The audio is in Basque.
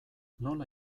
nola